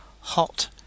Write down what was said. hot